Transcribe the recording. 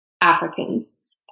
Africans